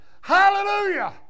Hallelujah